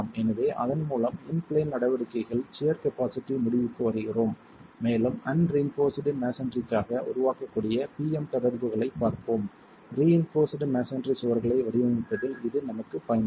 எனவே அதன் மூலம் இன் பிளேன் நடவடிக்கைகளில் சியர் கபாஸிட்டி முடிவுக்கு வருகிறோம் மேலும் அன்ரிஇன்போர்ஸ்டு மஸோன்றிக்காக உருவாக்கக்கூடிய PM தொடர்புகளைப் பார்ப்போம் ரிஇன்போர்ஸ்டு மஸோன்றி சுவர்களை வடிவமைப்பதில் இது நமக்குப் பயன்படும்